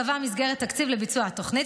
קבע מסגרת תקציב לביצוע התוכנית,